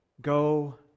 go